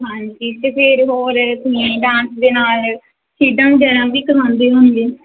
ਹਾਂਜੀ ਅਤੇ ਫਿਰ ਹੋਰ ਡਾਂਸ ਦੇ ਨਾਲ ਖੇਡਾਂ ਵਗੈਰਾ ਵੀ ਕਰਵਾਉਂਦੇ ਹੋਣਗੇ